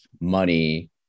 money